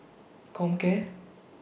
Comcare